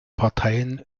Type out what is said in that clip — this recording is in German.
parteien